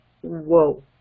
whoa